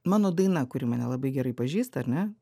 mano daina kuri mane labai gerai pažįsta ar ne